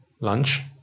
lunch